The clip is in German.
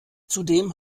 zudem